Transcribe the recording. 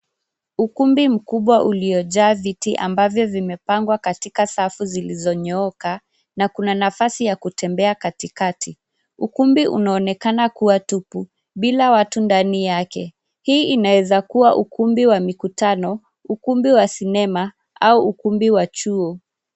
Ukumbi mkubwa uliojaa viti ambavyo vimepangwa katika safu zilizonyooka na kuna nafasi ya kutembea katikati. Ukumbi unaonekana kuwa tupu bila watu ndani yake. Hii inaweza kuwa ukumbi wa mikutano, ukumbi wa sinema au ukumbi wa chuo.